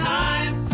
time